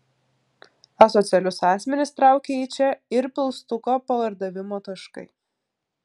asocialius asmenis traukia į čia ir pilstuko pardavimo taškai